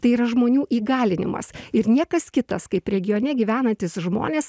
tai yra žmonių įgalinimas ir niekas kitas kaip regione gyvenantys žmonės